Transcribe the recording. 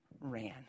ran